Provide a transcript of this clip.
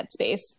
headspace